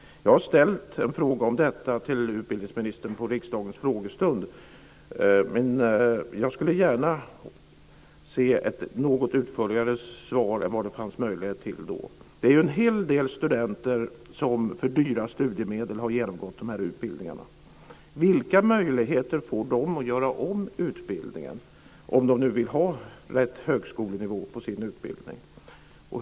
Jag har ställt en fråga om detta till utbildningsministern på riksdagens frågestund, men jag skulle gärna se ett något utförligare svar än det fanns möjlighet till då. Det är en hel del studenter som för dyra studiemedel har genomgått de här utbildningarna. Vilka möjligheter får de att göra om utbildningen om de nu vill ha rätt högskolenivå på sin utbildning?